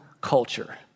culture